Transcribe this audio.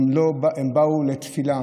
הם באו לתפילה,